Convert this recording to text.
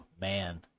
man